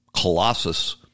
colossus